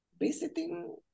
visiting